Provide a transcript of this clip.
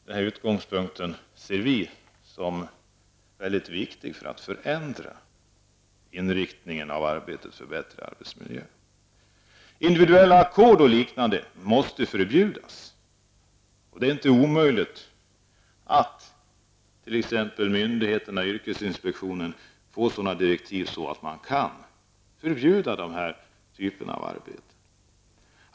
Denna utgångspunkt ser vi såsom viktig när det gäller att förändra inriktningen av arbetet för en bättre arbetsmiljö. Individuella ackord och liknande måste förbjudas. Det är inte omöjligt att yrkesinspektionen får sådana direktiv att den kan förbjuda sådana arbeten.